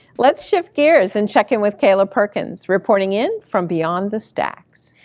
let's shift gears and check in with kayla perkins, reporting in from beyond the stacks.